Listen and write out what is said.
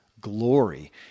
glory